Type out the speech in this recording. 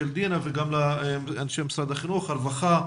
דינה וגם לדברי אנשי משרד החינוך והרווחה.